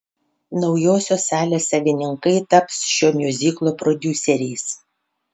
naujosios salės savininkai taps šio miuziklo prodiuseriais